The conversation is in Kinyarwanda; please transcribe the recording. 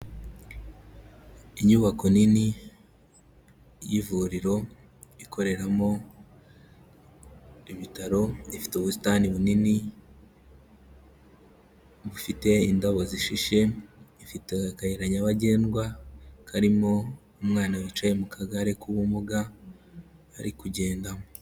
Inyubako nini y'ivuriro ikoreramo ibitaro. Ifite ubusitani bunini, bufite indabo zishishe. Ifite akayira nyabagendwa karimo umwana wicaye mu kagare k'ubumuga ,arikugendamo.